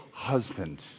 husband